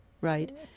right